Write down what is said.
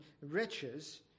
riches